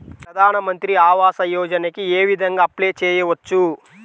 ప్రధాన మంత్రి ఆవాసయోజనకి ఏ విధంగా అప్లే చెయ్యవచ్చు?